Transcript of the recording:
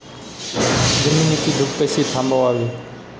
जमिनीची धूप कशी थांबवावी?